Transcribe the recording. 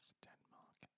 Denmark